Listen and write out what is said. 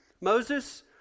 Moses